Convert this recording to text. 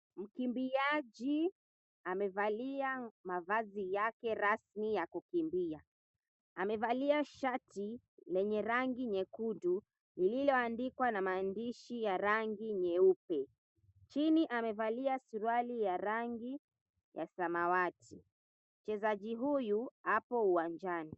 Mkimbiaji amevalia mavazi yake rasmi ya kukimbia. Amevalia shati lenye rangi nyekundu lililoandikwa na maandishi ya rangi nyeupe. Chini amevalia suruali ya rangi ya samawati. Mchezaji huyu apo uwanjani.